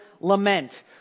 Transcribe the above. lament